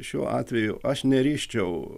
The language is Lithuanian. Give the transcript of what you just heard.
šiuo atveju aš neriščiau